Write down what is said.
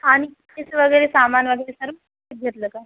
आणि तिचं वगैरे सामान वगैरे विचारून घेतलं का